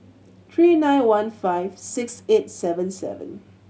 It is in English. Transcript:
three nine one five six eight seven seven